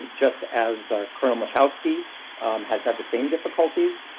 just as ah colonel malachowski has had the same difficulties.